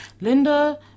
Linda